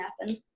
happen